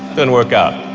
didn't work out